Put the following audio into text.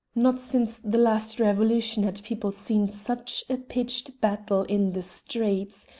not since the last revolution had people seen such a pitched battle in the streets,